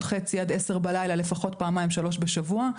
חצי עד עשר בלילה לפחות פעמיים-שלוש בשבוע.